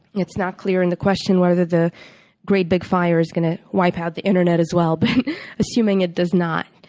it's not clear in the question whether the great big fire is going to wipe out the internet, as well, but i'm assuming it does not.